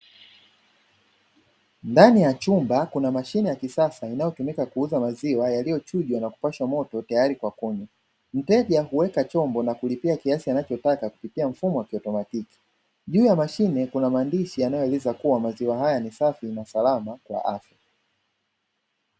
Ndani ya chumba kuna mashine ya kisasa inayotumika kuuza maziwa yaliyochujwa na kupashwa moto tayari kwa kunywa. Mteja huweka chombo na kulipia kiasi anachotaka kupitia mfumo wa kiautomatiki. Juu ya mashine kuna maandishi yanayoeleza kuwa maziwa haya ni safi na salama kwa afya.